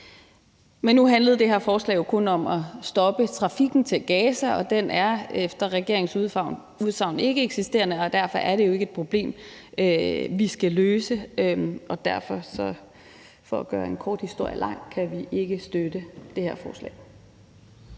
Men nu handlede det her forslag jo kun om at stoppe trafikken til Gaza. Den er efter regeringens udsagn ikkeeksisterende, og derfor er det jo ikke et problem, vi skal løse. Derfor – for at gøre en lang historie kort – kan vi ikke støtte det her forslag.